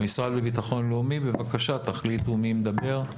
המשרד לביטחון לאומי, בבקשה תחליטו מי מדבר.